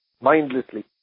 mindlessly